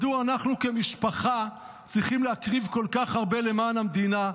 מדוע אנחנו כמשפחה צריכים להקריב כל כך הרבה למען המדינה,